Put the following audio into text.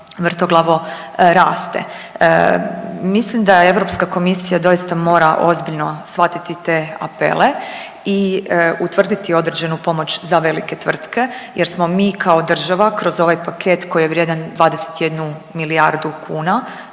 vrtoglavo raste. Mislim da Europska komisija doista mora ozbiljno shvatiti te apele i utvrditi određenu pomoć za velike tvrtke jer smo mi kao država kroz ovaj paket koji je vrijedan 21 milijardu kuna